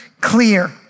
clear